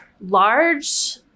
large